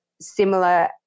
similar